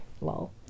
Lol